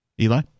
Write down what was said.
Eli